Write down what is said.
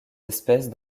espèces